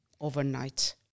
overnight